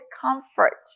Comfort